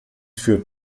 führt